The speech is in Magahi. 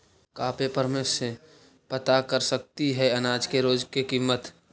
का पेपर में से पता कर सकती है अनाज के रोज के किमत?